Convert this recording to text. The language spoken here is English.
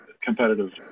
competitive